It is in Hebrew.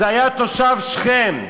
זה היה תושב שכם.